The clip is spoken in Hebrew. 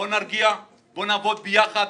בואו נרגיע ונעבוד יחד.